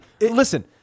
Listen